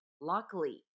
Luckily